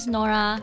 Nora